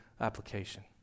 application